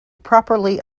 properly